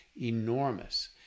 enormous